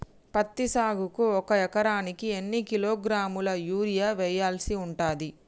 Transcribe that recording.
పత్తి సాగుకు ఒక ఎకరానికి ఎన్ని కిలోగ్రాముల యూరియా వెయ్యాల్సి ఉంటది?